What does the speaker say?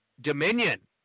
Dominion